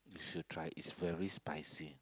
you should try its very spicy